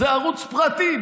זה ערוץ פרטי,